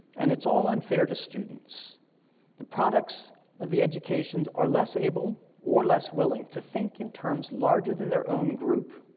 and it's all unfair the students the products of the educations are less able, or less willing, to think in terms larger than their own group.